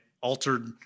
altered